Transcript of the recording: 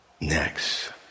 next